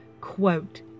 quote